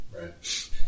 Right